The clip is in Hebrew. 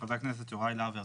ולחבר הכנסת יוראי להב הרצנו,